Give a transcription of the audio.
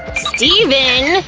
steven!